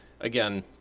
again